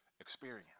experience